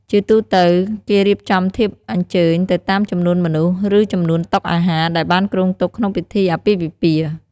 ជាទូទៅ គេរៀបចំធៀបអញ្ជើញទៅតាមចំនួនមនុស្ស ឬ ចំនួនតុអាហារ ដែលបានគ្រោងទុកក្នុងពិធីអាពាហ៍ពិពាហ៍។